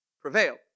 prevail